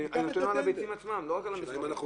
אני נותן על הביצים עצמן לא רק על המסמכים.